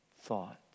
thought